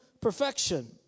perfection